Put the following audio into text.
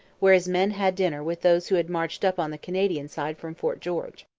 where his men had dinner with those who had marched up on the canadian side from fort george.